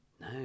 No